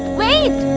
wait!